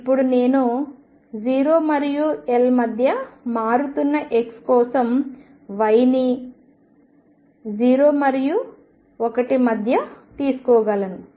ఇప్పుడు నేను 0 మరియు L మధ్య మారుతున్న x కోసం y ని 0 మరియు 1 మధ్య తీసుకోగలను